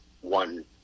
one